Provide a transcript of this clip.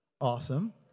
Awesome